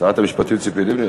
תשיב שרת המשפטים ציפי לבני.